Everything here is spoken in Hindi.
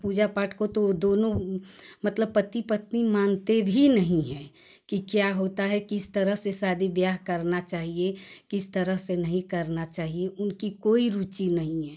पूजा पाठ को तो दोनों मतलब पति पत्नी मानते भी नही हैं की क्या होता है किस तरह से शादी ब्याह करना चाहिए किस तरह से नहीं करना चाहिए उनकी कोई रुचि नहीं है